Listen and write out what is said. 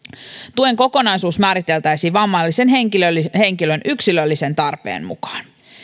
tuen kokonaisuus määriteltäisiin vammaisen henkilön henkilön yksilöllisen tarpeen mukaan